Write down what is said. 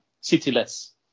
City-less